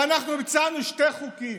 ואנחנו הצענו שני חוקים.